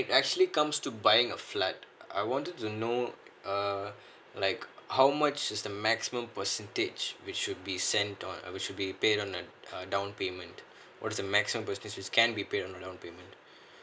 actually comes to buying a flat I wanted to know uh like how much is the maximum percentage which should be sent on uh which should be paid on a down payment what's the maximum percentage that can be paid on a down payment